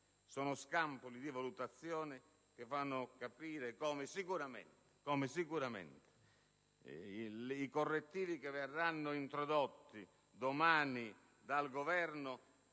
scampoli di valutazione che fanno capire come sicuramente i correttivi che verranno introdotti domani dal Governo